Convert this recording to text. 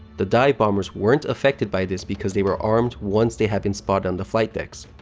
the dive bombers weren't affected by this because they were armed once they had been spotted on the flight decks.